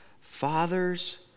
Fathers